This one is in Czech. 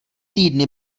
týdny